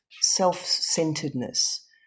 self-centeredness